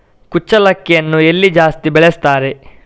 ಕುಚ್ಚಲಕ್ಕಿಯನ್ನು ಎಲ್ಲಿ ಜಾಸ್ತಿ ಬೆಳೆಸ್ತಾರೆ?